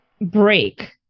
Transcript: break